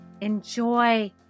Enjoy